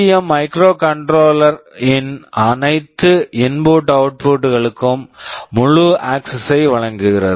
M மைக்ரோகண்ட்ரோலரி STM Microcontroller ன் அனைத்து இன்புட் அவுட்புட் input output களுக்கும் முழு அக்சஸ் access ஐ வழங்குகிறது